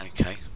Okay